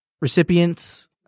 recipients